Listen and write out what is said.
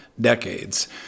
decades